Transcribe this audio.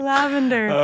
Lavender